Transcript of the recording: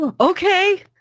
Okay